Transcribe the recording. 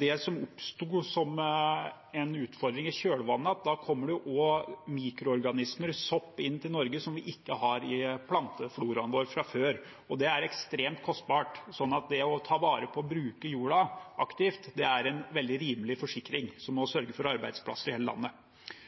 Det som oppstår som en utfordring i det kjølvannet, er at da kommer det mikroorganismer, sopp, inn til Norge som vi i ikke har i plantefloraen vår fra før. Det er ekstremt kostbart, så det å ta vare på og bruke jorda aktivt, er en veldig rimelig forsikring som også sørger for arbeidsplasser i hele landet.